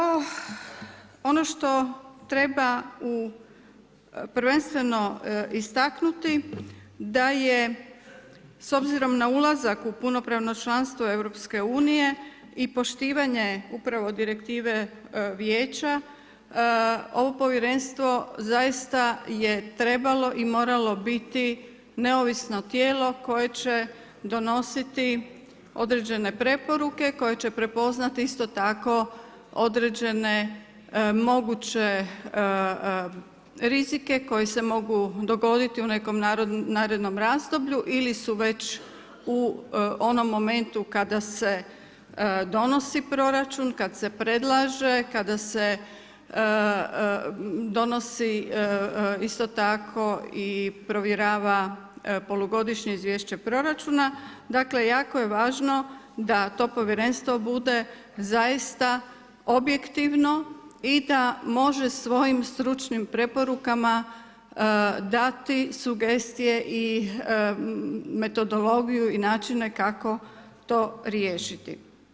Kao ono što treba prvenstveno istaknuti da je s obzirom na ulazak u punopravno članstvo EU-a i poštovanje upravo direktive vijeća, ovo povjerenstvo zaista je trebalo i moralo biti neovisno tijelo koje će donositi određene preporuke koje će prepoznati isto tako određene moguće rizike koji se mogu dogoditi u nekom narednom razdoblju ili su već u onome momentu kada se odnosi proračun, kad se predlaže, kada se donosi isto tako i provjerava polugodišnje izvješće proračuna, dakle jako je važno da to povjerenstvo bude zaista objektivno i da može svojim stručnim preporukama dati sugestije i metodologiju i načine kako to riješiti.